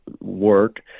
work